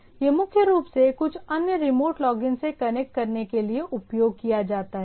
यह मुख्य रूप से कुछ अन्य रिमोट लॉगिन से कनेक्ट करने के लिए उपयोग किया जाता है